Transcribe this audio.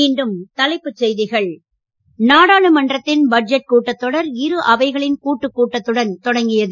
மீண்டும் தலைப்புச் செய்திகள் நாடாளுமன்றத்தின் பட்ஜெட் கூட்டத் தொடர் இருஅவைகளின் கூட்டு கூட்டத்துடன் தொடங்கியது